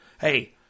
Hey